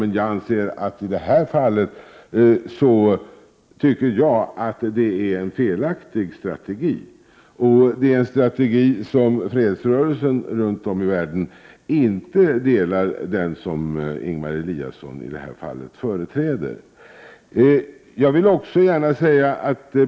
Men jag anser att det han framför i detta fall är en felaktig strategi. Den strategi som Ingemar Eliasson i det här fallet företräder företräds inte av fredsrörelsen runt om i världen.